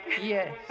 Yes